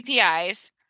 APIs